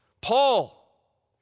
Paul